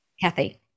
Kathy